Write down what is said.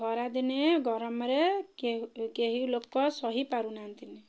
ଖରାଦିନେ ଗରମରେ କେହି ଲୋକ ସହି ପାରୁନାହାନ୍ତିନି